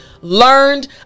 learned